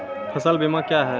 फसल बीमा क्या हैं?